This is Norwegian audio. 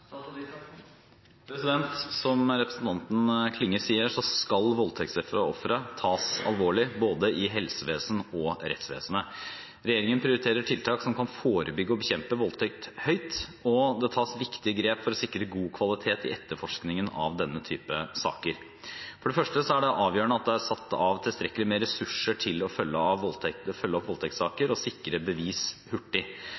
Som representanten Klinge sier, skal voldtektsofre tas alvorlig, både i helsevesenet og i rettsvesenet. Regjeringen prioriterer tiltak som kan forebygge og bekjempe voldtekt, høyt, og det tas viktige grep for å sikre god kvalitet i etterforskningen av denne type saker. For det første er det avgjørende at det er satt av tilstrekkelig med ressurser til å følge